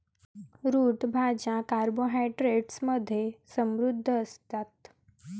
route भाज्या carbohydrates मध्ये समृद्ध असतात